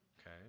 Okay